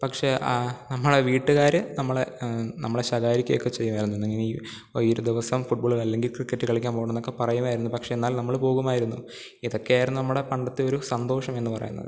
പക്ഷെ ആ നമ്മളുടെ വീട്ടുകാർ നമ്മളെ നമ്മളെ ശകാരിക്കൊക്കെ ചെയ്യുമായിരുന്നു ഇനി നീ ഈ ഒരു ദിവസം ഫുട് ബോൾ അല്ലെങ്കിൽ ക്രിക്കറ്റ് കളിക്കാൻ പോകേണ്ടയെന്നൊക്കെ പറയുമായിരുന്നു പക്ഷെ എന്നാൽ നമ്മൾ പോകുമായിരുന്നു ഇതൊക്കെ ആയിരുന്നു നമ്മുടെ പണ്ടത്തെ ഒരു സന്തോഷം എന്നു പറയുന്നത്